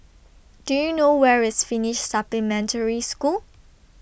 Do YOU know Where IS Finnish Supplementary School